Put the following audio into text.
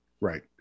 Right